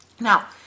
Now